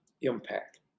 impact